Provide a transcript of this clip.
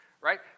right